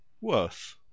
worth